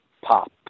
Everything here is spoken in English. pop